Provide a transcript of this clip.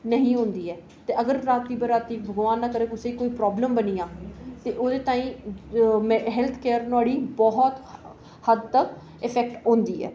नेईं होंदी ते अगर रातीं बरातीं भगवान ना करै कुसै गी प्रॉब्लम बनी जा ते ओह्दे ताहीं हैल्थ केयर नुहाड़ी हद्द तक्क इफैक्ट होंदी ऐ